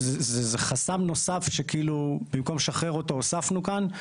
זה חסם נוסף, שבמקום לשחרר אותו, הוספנו כאן.